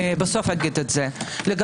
בסוף אומר לך למה צריך סבירות.